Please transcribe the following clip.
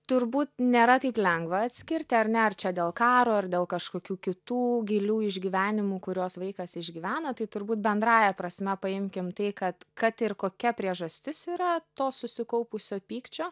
turbūt nėra taip lengva atskirti ar ne ar čia dėl karo ar dėl kažkokių kitų gilių išgyvenimų kuriuos vaikas išgyvena tai turbūt bendrąja prasme paimkim tai kad kad ir kokia priežastis yra to susikaupusio pykčio